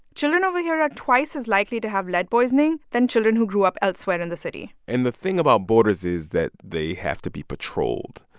children over here are twice as likely to have lead poisoning than children who grew up elsewhere in the city and the thing about borders is that they have to be patrolled.